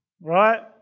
right